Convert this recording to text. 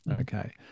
Okay